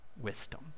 wisdom